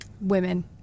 Women